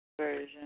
version